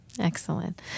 Excellent